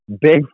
big